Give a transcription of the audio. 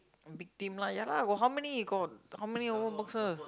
big team lah got how many got how may over boxes